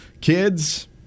kids